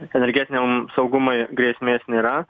energetiniam saugumui grėsmės nėra